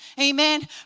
Amen